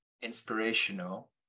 inspirational